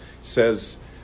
says